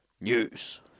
News